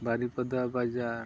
ᱵᱟᱨᱤᱯᱟᱫᱟ ᱵᱟᱡᱟᱨ